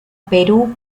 perú